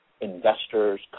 investors